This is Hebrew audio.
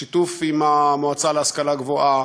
בשיתוף עם המועצה להשכלה גבוהה